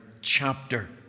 chapter